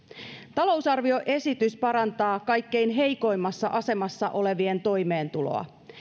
talousarvioesitys parantaa kaikkein heikoimmassa asemassa olevien toimeentuloa